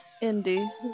indy